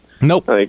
Nope